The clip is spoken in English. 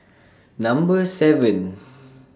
Number seven